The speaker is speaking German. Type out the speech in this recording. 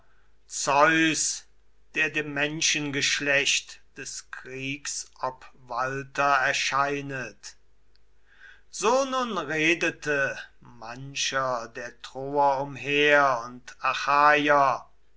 zeus der dem menschengeschlecht des kriegs obwalter erscheinet so nun redete mancher der troer umher und